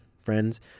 friends